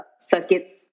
circuits